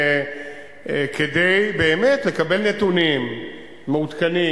כדי באמת לקבל נתונים מעודכנים.